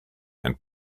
and